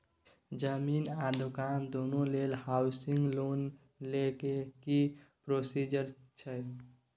जमीन आ मकान दुनू लेल हॉउसिंग लोन लै के की प्रोसीजर छै?